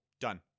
done